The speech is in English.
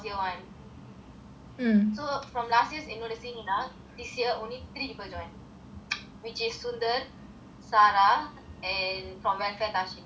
so from last year என்னோட:ennoda seniors err this year only three people join which is suden sara and from welfare dasihni no seniors join